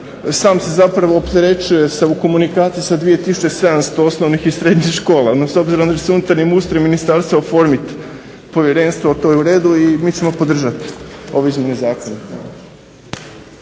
sam se zapravo opterećuje se u komunikaciji sa 2700 osnovnih i srednjih škola. No, s obzirom da će se unutarnjim ustrojem ministarstva oformiti povjerenstvo to je u redu i mi ćemo podržati ove izmjene zakona.